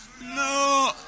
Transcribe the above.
No